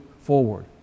forward